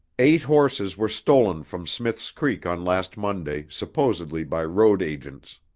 eight horses were stolen from smith's creek on last monday, supposedly by road agents.